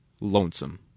lonesome